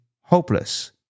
hopeless